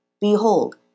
Behold